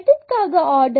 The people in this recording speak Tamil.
எதற்காக n